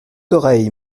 oreilles